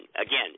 again